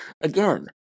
again